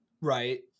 Right